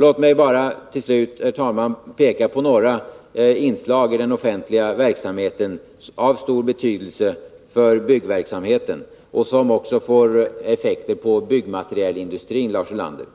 Låt mig bara till slut, herr talman, peka på några inslag i den offentliga verksamheten av stor betydelse för byggverksamheten — och som också får effekter på byggmaterialindustrin, Lars Ulander!